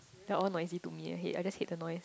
they are all noisy to me eh I hate I just hate the noise